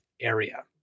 area